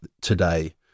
today